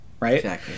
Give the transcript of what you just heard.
Right